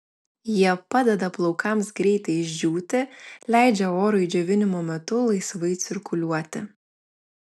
jie padeda plaukams greitai išdžiūti leidžia orui džiovinimo metu laisvai cirkuliuoti